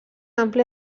ampli